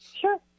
Sure